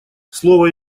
слово